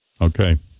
Okay